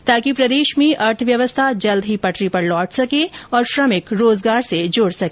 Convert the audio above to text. ताकि प्रदेश में अर्थव्यवस्था जल्द ही पटरी पर लोट सके और श्रमिक रोजगार से जुड सके